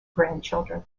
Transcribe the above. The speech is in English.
grandchildren